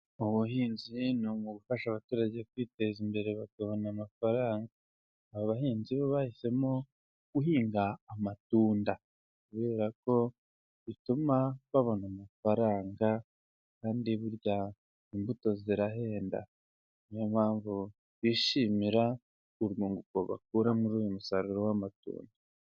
Ubuhinzi ni umwuga ufasha abaturage kwiteza imbere bakabona amafaranga. Aba bahinzi bo bahisemo guhinga amatunda, kubera ko bituma babona amafaranga, kandi burya imbuto zirahenda, ni yo mpamvu bishimira urwunguko bakura muri uyu musaruro w'amatunda.